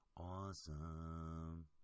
Awesome